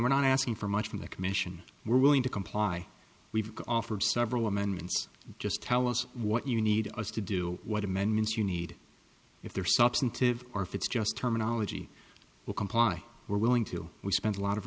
we're not asking for much from the commission we're willing to comply we've offered several amendments just tell us what you need us to do what amendments you need if there are substantive or fits just terminology will comply we're willing to spend a lot of